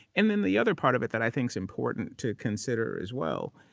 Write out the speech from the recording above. and then the other part of it that i think is important to consider, as well,